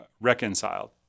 reconciled